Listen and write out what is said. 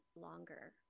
longer